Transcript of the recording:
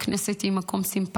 הכנסת היא לא תמיד מקום סימפטי,